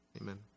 amen